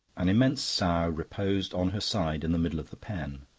an immense sow reposed on her side in the middle of the pen.